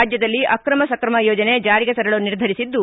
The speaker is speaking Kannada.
ರಾಜ್ದದಲ್ಲಿ ಅಕ್ರಮ ಸ್ತ್ರಮ ಯೋಜನೆ ಜಾರಿಗೆ ತರಲು ನಿರ್ಧರಿಸಿದ್ದು